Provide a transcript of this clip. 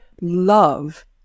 love